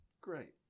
great